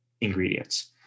ingredients